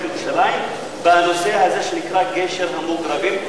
ירושלים בנושא הזה שנקרא גשר המוגרבים,